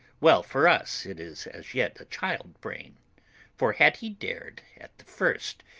well for us, it is, as yet, a child-brain for had he dared, at the first,